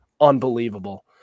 unbelievable